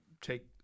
take